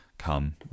come